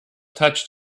touched